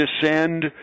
descend